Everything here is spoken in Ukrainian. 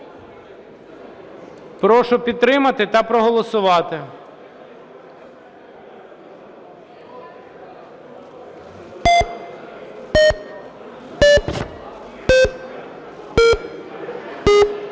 Прошу підтримати та проголосувати.